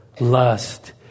lust